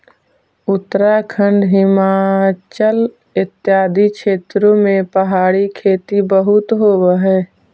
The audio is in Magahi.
उत्तराखंड, हिमाचल इत्यादि क्षेत्रों में पहाड़ी खेती बहुत होवअ हई